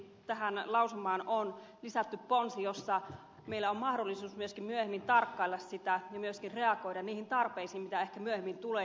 onneksi tähän lausumaan on lisätty ponsi jonka mukaan meillä on mahdollisuus myöskin myöhemmin tarkkailla tilannetta ja myöskin reagoida niihin tarpeisiin joita ehkä myöhemmin tulee